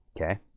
okay